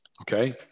Okay